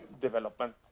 development